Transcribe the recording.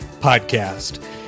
Podcast